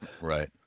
Right